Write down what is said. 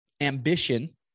ambition